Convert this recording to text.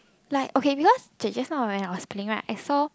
like okay because just now when I was playing right I saw